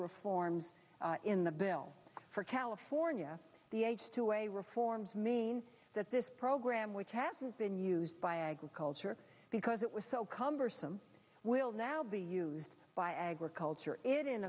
reforms in the bill for california the h two a reforms mean that this program which hasn't been used by agriculture because it was so cumbersome will now be used by agriculture i